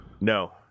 No